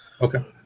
Okay